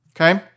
okay